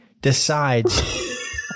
decides